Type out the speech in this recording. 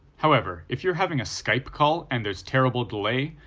however, if you're having a skype call and there's terrible delay,